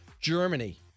Germany